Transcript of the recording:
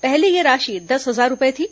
पहले यह राशि दस हजार रूपए थी